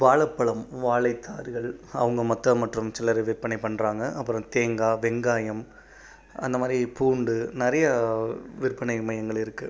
வாழைப்பழம் வாழைத்தார்கள் அவங்க மொத்தம் மற்றும் சில்லறை விற்பனை பண்ணுறாங்க அப்புறம் தேங்காய் வெங்காயம் அந்தமாதிரி பூண்டு நிறைய விற்பனை மையங்கள் இருக்குது